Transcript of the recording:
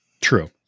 True